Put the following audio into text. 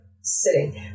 sitting